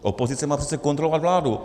Opozice má přece kontrolovat vládu.